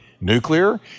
nuclear